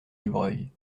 dubreuil